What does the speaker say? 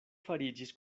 fariĝis